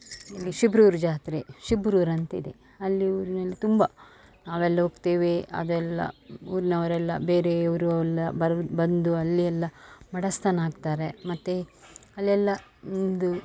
ಶಿಬರೂರು ಜಾತ್ರೆ ಶಿಬ್ರೂರು ಅಂತಿದೆ ಅಲ್ಲಿ ಊರಿನಲ್ಲಿ ತುಂಬ ನಾವೆಲ್ಲ ಹೋಗ್ತೇವೆ ಅದೆಲ್ಲ ಊರಿನವರೆಲ್ಲ ಬೇರೆ ಊರು ಎಲ್ಲ ಬರು ಬಂದು ಅಲ್ಲಿ ಎಲ್ಲ ಮಡೆ ಸ್ನಾನ ಹಾಕ್ತಾರೆ ಮತ್ತು ಅಲ್ಲೆಲ್ಲ ಇದು